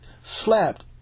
slapped